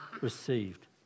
received